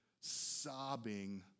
sobbing